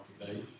today